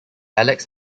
alex